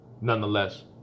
nonetheless